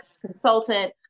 consultant